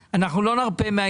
אנחנו נקיים על זה גם דיון.